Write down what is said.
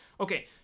Okay